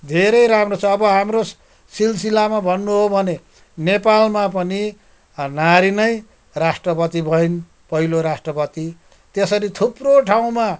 धेरै राम्रो छ अब हाम्रो सिलसिलामा भन्नु हो भने नेपालमा पनि नारी नै राष्ट्रपति भइन् पहिलो राष्ट्रपति त्यसरी थुप्रो ठाउँमा